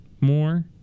more